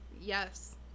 Yes